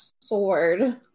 sword